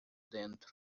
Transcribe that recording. dentro